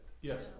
Yes